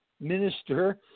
minister